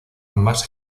más